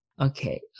Okay